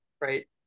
right